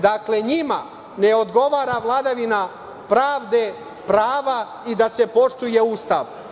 Dakle, njima ne odgovara vladavina pravde, prava i da se poštuje Ustav.